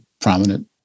prominent